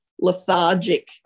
lethargic